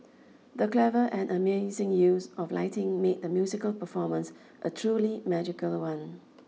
the clever and amazing use of lighting made the musical performance a truly magical one